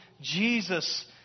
Jesus